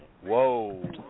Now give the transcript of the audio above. Whoa